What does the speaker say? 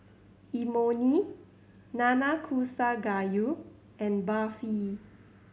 Imoni Nanakusa Gayu and Barfi